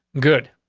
good.